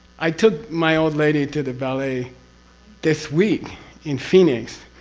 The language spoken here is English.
i took my old lady to the ballet this week in phoenix.